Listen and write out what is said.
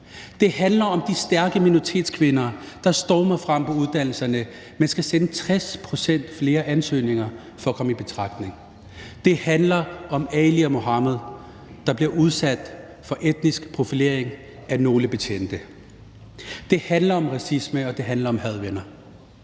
Det handler om de stærke minoritetskvinder, der stormer frem på uddannelserne, men skal sende 60 pct. flere ansøgninger for at komme i betragtning. Det handler om Ali og Mohammed, der bliver udsat for etnisk profilering af nogle betjente. Det handler om racisme, og det handler om had, venner.